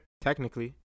technically